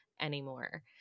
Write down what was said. anymore